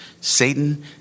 Satan